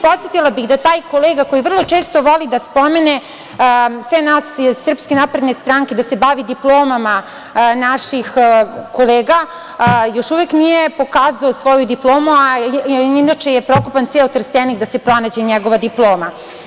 Podsetila bih da taj kolega koji vrlo često voli da spomene sve nas iz SNS, da se bavi diplomama naših kolega, još uvek nije pokazao svoju diplomu, a inače je prokopan ceo Trstenik da se pronađe njegova diploma.